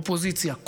אופוזיציה,